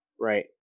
Right